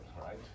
right